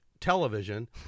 television